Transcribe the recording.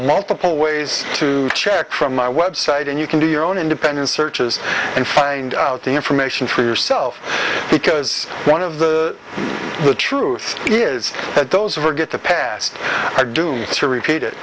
multiple ways to check from my website and you can do your own independent searches and find out the information for yourself because one of the the truth is that those are get the past are doomed to repeat it